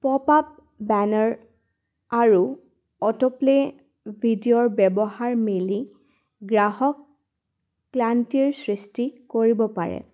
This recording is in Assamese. পপ আপ বেনাৰ আৰু অটো প্লে' ভিডিঅ'ৰ ব্যৱহাৰ মিলি গ্ৰাহক ক্লান্তিৰ সৃষ্টি কৰিব পাৰে